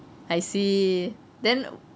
I see then